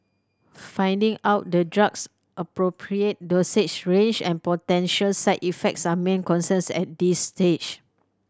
finding out the drug's appropriate dosage range and potential side effects are main concerns at this stage